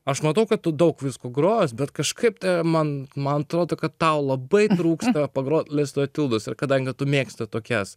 aš matau kad tu daug visko groji bet kažkaip man man atrodo kad tau labai trūksta pagrot listo etiudus ir kadangi tu mėgsti tokias